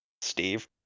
Steve